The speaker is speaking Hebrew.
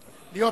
נוכח?